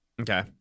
Okay